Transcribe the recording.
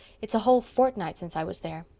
it's a whole fortnight since i was there.